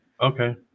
Okay